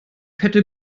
fette